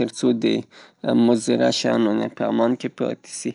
ترڅو په مکمل شکل پاک.